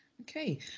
okay